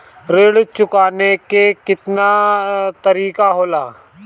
ऋण चुकाने के केतना तरीका होला?